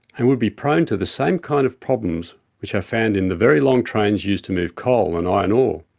and would be prone to the same kind of problems which are found in the very long trains used to move coal and iron ore.